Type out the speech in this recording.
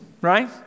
right